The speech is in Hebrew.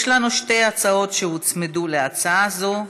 יש לנו שתי הצעות שהוצמדו להצעה הזאת.